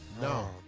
No